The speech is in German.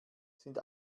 sind